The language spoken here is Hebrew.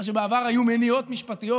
מה שבעבר היו מניעות משפטיות,